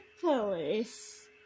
police